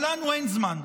אבל לנו אין זמן.